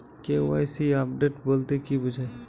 KYC update বলতে কি বোঝায়?